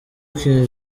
king